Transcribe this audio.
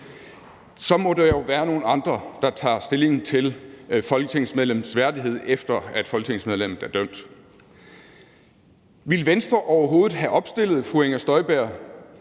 i 2019, må være nogle andre, der tager stilling til folketingsmedlemmets værdighed, efter at folketingsmedlemmet er dømt. Ville Venstre overhovedet have opstillet fru Inger Støjberg,